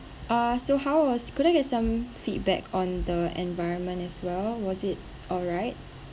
ah so how was could I get some feedback on the environment as well was it alright